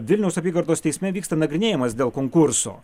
vilniaus apygardos teisme vyksta nagrinėjimas dėl konkurso